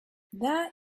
that